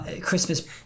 Christmas